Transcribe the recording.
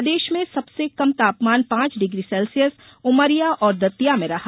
प्रदेश में सबसे कम तापमान पांच डिग्री सेल्सियस उमरिया और दतिया में रहा